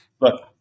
look